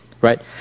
Right